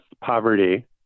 poverty